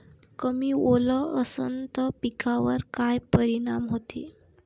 कमी ओल असनं त पिकावर काय परिनाम होते?